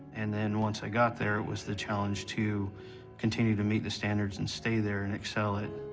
and then once i got there, it was the challenge to continue to meet the standards and stay there and excel at,